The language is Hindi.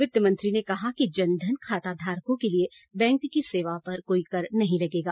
वित्त मंत्री ने कहा कि जन धन खाता धारकों के लिए बैंक की सेवा पर कोई कर नहीं लगेगा